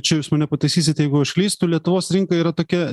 čia jūs mane pataisysit jeigu aš klystu lietuvos rinka yra tokia